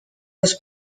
was